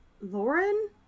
Lauren